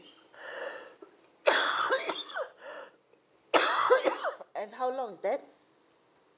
and how long is that